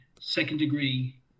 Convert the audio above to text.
second-degree